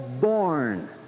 born